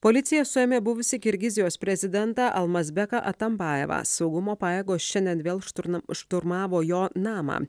policija suėmė buvusį kirgizijos prezidentą almazbeką atambajevą saugumo pajėgos šiandien vėl šturnu šturmavo jo namą